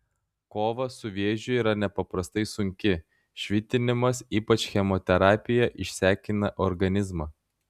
kova su vėžiu yra nepaprastai sunki švitinimas ypač chemoterapija išsekina organizmą